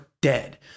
dead